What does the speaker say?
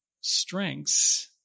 strengths